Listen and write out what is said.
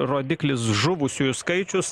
rodiklis žuvusiųjų skaičius